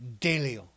Delio